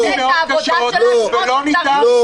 אני רוצה שהמשטרה תעשה את העבודה שלה כמו שצריך,